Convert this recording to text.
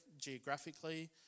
geographically